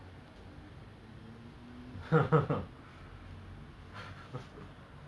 where is x-men where is x-men where is x-men he keep on asking !aiyoyo! I had headache